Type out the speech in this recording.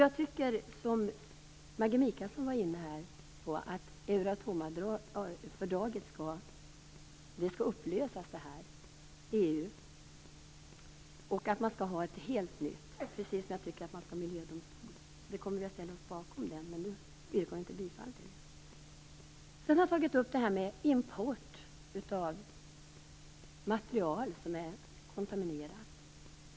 Jag tycker, som Maggi Mikaelsson var inne på, att Euratomfördraget skall upplösas. Det skall bli något helt nytt, precis som det skall inrättas en miljödomstol. Vi ställer oss bakom reservationen, men vi yrkar inte bifall till den. Jag har tagit upp frågan om import av material som är kontaminerat.